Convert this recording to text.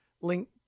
link